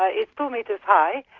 ah it's two metres high,